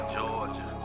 Georgia